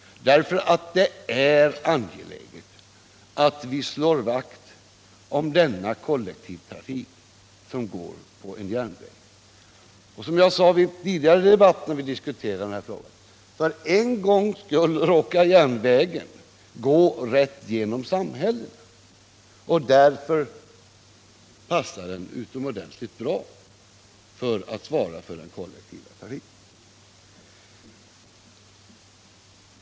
Det är angeläget att vi slår vakt om denna kollektivtrafik som går på järnväg. Det är också som jag sagt vid tidigare tillfällen, när vi diskuterat denna fråga: För en gångs skull råkar järnvägen gå rätt genom samhällena, och därför passar det utomordentligt bra att den svarar för den kollektiva trafiken.